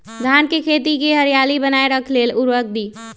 धान के खेती की हरियाली बनाय रख लेल उवर्रक दी?